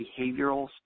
behavioral